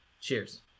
Cheers